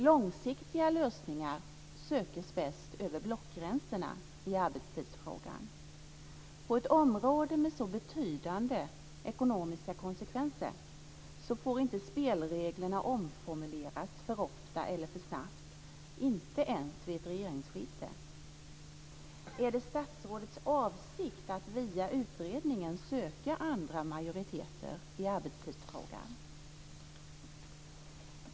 Långsiktiga lösningar sökes bäst över blockgränserna i arbetstidsfrågan. På ett område med så betydande ekonomiska konsekvenser får inte spelreglerna omformuleras för ofta eller för snabbt, inte ens vid ett regeringsskifte. Är det statsrådets avsikt att via utredningen söka andra majoriteter i arbetstidsfrågan?